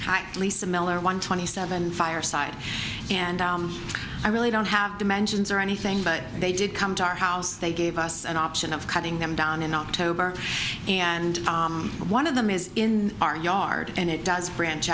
but lisa millar one twenty seven fireside and i really don't have dimensions or anything but they did come to our house they gave us an option of cutting them down in october and one of them is in our yard and it does branch